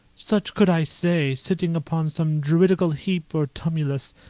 such could i say, sitting upon some druidical heap or tumulus.